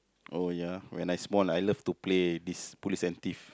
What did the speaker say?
oh ya when I small I love to play this police and thief